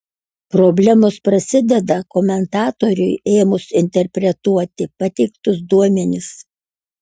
problemos prasideda komentatoriui ėmus interpretuoti pateiktus duomenis